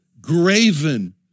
graven